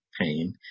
pain